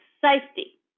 safety